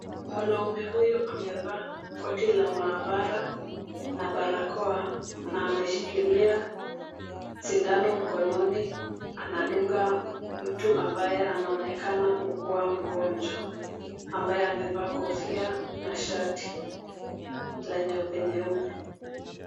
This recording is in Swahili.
Mwanaume huyu amevaa koti la maabara na barakoa na ameshikilia sindano mkononi, anadunga mtu ambaye anaonekana kukuwa mgonjwa, ambaye amevaa kofia na shati la nyeupe nyeupe.